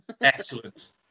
Excellent